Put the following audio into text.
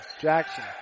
Jackson